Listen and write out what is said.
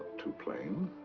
too plain.